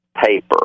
paper